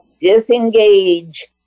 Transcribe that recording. Disengage